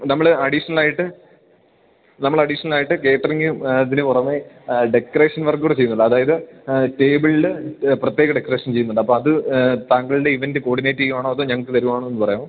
നമ്മൾ അഡീഷ്നലായിട്ട് നമ്മൾ അഡീഷ്നലായിട്ട് കാറ്ററിംഗ് ഇതിന് പുറമേ ഡെക്കറേഷൻ വർക്കൂടെ ചെയ്യുന്നുണ്ട് അതായത് ടേബിൾൽ പ്രത്യേക ഡെക്കറേഷൻ ചെയ്യുന്നുണ്ട് അപ്പം അത് താങ്കളുടെ ഇവൻ്റ് കോഡിനേറ്റ് ചെയ്യണോ അതോ ഞങ്ങൾക്ക് തരുവാണോന്ന് പറയാമോ